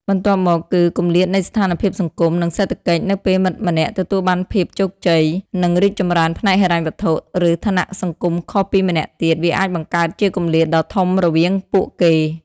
បន្ទាប់មក គឺ គម្លាតនៃស្ថានភាពសង្គម និងសេដ្ឋកិច្ច នៅពេលមិត្តម្នាក់ទទួលបានភាពជោគជ័យ និងរីកចម្រើនផ្នែកហិរញ្ញវត្ថុ ឬឋានៈសង្គមខុសពីម្នាក់ទៀត វាអាចបង្កើតជាគម្លាតដ៏ធំរវាងពួកគេ។